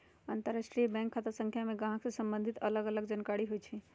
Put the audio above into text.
अंतरराष्ट्रीय बैंक खता संख्या में गाहक से सम्बंधित अलग अलग जानकारि होइ छइ